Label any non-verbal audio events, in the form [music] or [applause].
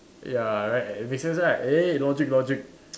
ya right business right eh logic logic [noise]